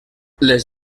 les